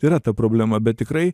yra ta problema bet tikrai